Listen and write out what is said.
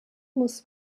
muss